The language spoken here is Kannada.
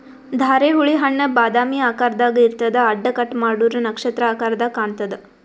ಧಾರೆಹುಳಿ ಹಣ್ಣ್ ಬಾದಾಮಿ ಆಕಾರ್ದಾಗ್ ಇರ್ತದ್ ಅಡ್ಡ ಕಟ್ ಮಾಡೂರ್ ನಕ್ಷತ್ರ ಆಕರದಾಗ್ ಕಾಣತದ್